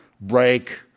break